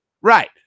Right